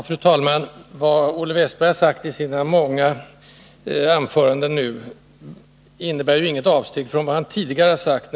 Fru talman! Vad Olle Wästberg har sagt i sina många anföranden nu innebär inget avsteg från vad han tidigare har sagt.